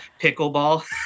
pickleball